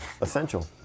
Essential